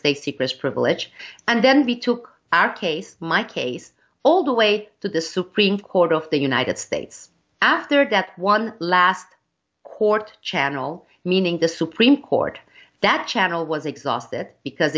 state secrets privilege and then we took our case my case all the way to the supreme court of the united states after that one last court channel meaning the supreme court that channel was exhausted because